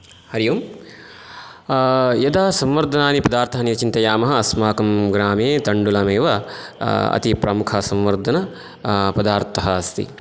हरि ओम् यदा संवर्धनानि पदार्थानि चिन्तयामः अस्माकं ग्रामे तण्डुलमेव अति प्रमुखसंवर्धन पदार्थः अस्ति